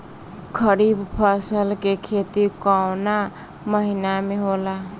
खरीफ फसल के खेती कवना महीना में होला?